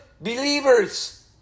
believers